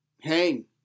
hang